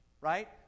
right